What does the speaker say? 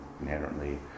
inherently